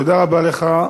תודה רבה לך.